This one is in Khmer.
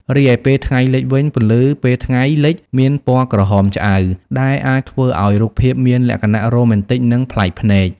រីឯពេលថ្ងៃលិចវិញ ពន្លឺពេលថ្ងៃលិចមានពណ៌ក្រហមឆ្អៅ ដែលអាចធ្វើឲ្យរូបភាពមានលក្ខណៈរ៉ូមែនទិក និងប្លែកភ្នែក។